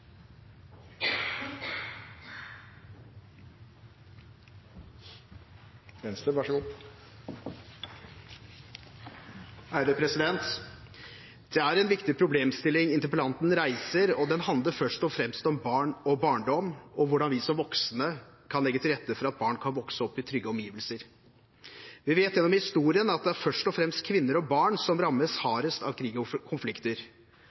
en viktig problemstilling interpellanten reiser, og den handler først og fremst om barn og barndom, og om hvordan vi som voksne kan legge til rette for at barn kan vokse opp i trygge omgivelser. Vi vet gjennom historien at det først og fremst er kvinner og barn som rammes